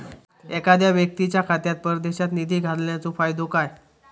एखादो व्यक्तीच्या खात्यात परदेशात निधी घालन्याचो फायदो काय?